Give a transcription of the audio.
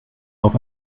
auf